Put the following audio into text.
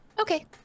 Okay